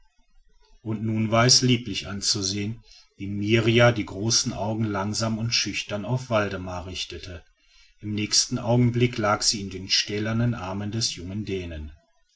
und nun war es lieblich anzusehen wie mirrjah die großen augen langsam und schüchtern auf waldemar richtete im nächsten augenblick lag sie in den stählernen armen des jungen dänen